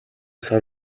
сар